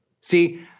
See